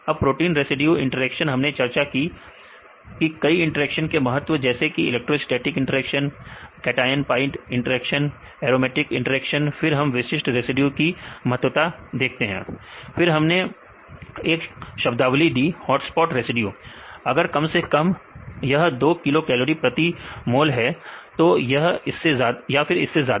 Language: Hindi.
अब प्रोटीन रेसिड्यू इंटरेक्शन हमने चर्चा की कई इंटरेक्शन के महत्व कि जैसे कि electrostatic interaction cation pi inter aromatic interaction फिर हम विशिष्ट रेसिड्यू की महत्वता फिर हमने एक शब्दावली दी हॉटस्पॉट रेसिड्यू अगर कम से कम यह 2 किलो कैलोरी प्रति मूल्य है तो या इससे ज्यादा